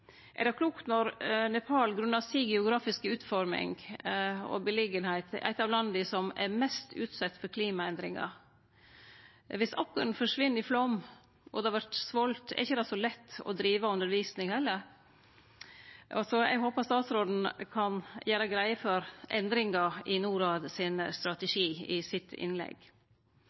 Er det klokt når Nepal, grunna si geografiske utforming og plassering, er eit av landa som er mest utsett for klimaendringar? Dersom åkeren forsvinn i flaum og det har vore svolt, er det ikkje så lett å drive undervisning heller. Eg håpar statsråden kan gjere greie for endringar i Norads strategi i sitt innlegg.